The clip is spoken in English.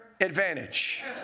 advantage